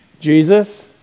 Jesus